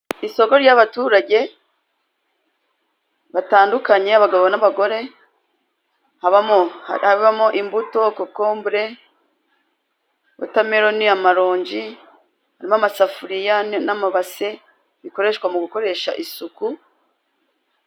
Isoko ry'abaturage, batandukanye abagabo n'abagore, habamo imbuto kokombure, wotameloni, amaronji n'amasafuriya, n'amabase bikoreshwa mu gukoresha isuku.